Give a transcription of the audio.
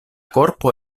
korpo